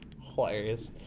hilarious